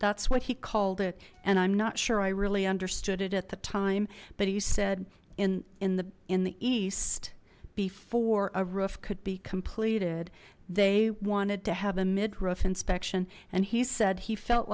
that's what he called it and i'm not sure i really understood it at the time but he said in in the in the east before a roof could be completed they wanted to have a mid roof inspection and he said he felt